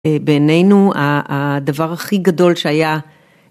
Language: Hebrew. בינינו הדבר הכי גדול שהיה